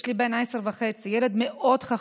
יש לי ילד בן עשר וחצי, מאוד חכם.